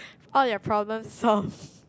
all their problems solved